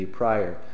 prior